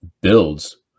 builds